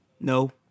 no